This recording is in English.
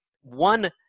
One